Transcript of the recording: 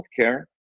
healthcare